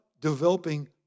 developing